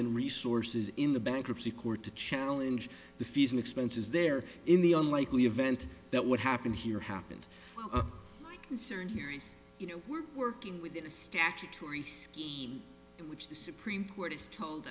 and resources in the bankruptcy court to challenge the fees and expenses there in the unlikely event that what happened here happened concern here is you know we're working within a statutory scheme in which the supreme court has told